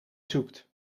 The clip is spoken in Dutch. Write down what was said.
zoekt